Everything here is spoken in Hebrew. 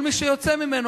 כל מי שיוצא ממנו,